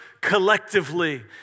collectively